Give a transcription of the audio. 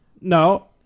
No